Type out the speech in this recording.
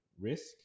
risk